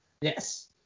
Yes